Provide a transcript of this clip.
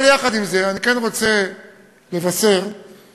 אבל יחד עם זה אני כן רוצה לבשר שהדבר